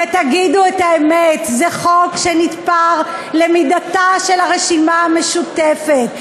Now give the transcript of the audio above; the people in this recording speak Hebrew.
ותגידו את האמת: זה חוק שנתפר למידתה של הרשימה המשותפת,